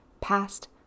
past